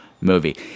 movie